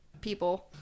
people